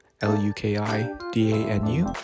L-U-K-I-D-A-N-U